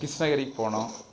கிருஷ்ணகிரிக்கு போனோம்